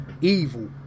evil